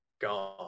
God